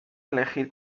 elegir